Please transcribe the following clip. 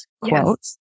quotes